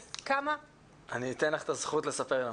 אני אתן לך את הזכות לספר לנו.